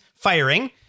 Firing